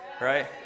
Right